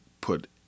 put